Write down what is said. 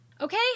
Okay